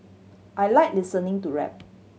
I like listening to rap